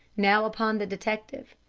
now upon the detective.